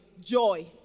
Joy